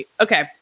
Okay